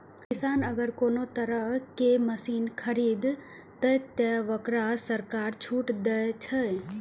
किसान अगर कोनो तरह के मशीन खरीद ते तय वोकरा सरकार छूट दे छे?